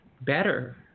better